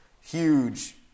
huge